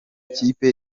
kipe